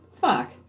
fuck